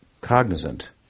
cognizant